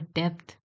depth